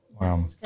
wow